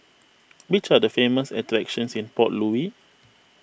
which are the famous attractions in Port Louis